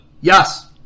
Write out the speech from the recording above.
Yes